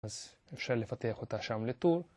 ‫אז אפשר לפתח אותה שם ל-Tool.